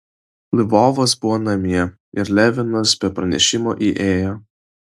lvovas buvo namie ir levinas be pranešimo įėjo